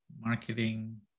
marketing